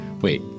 Wait